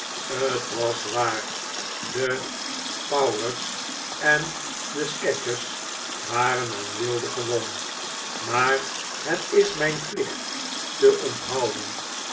t was waar de powler's en de scadgers waren aan weelde gewoon maar het is mijn plicht te onthouden